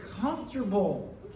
comfortable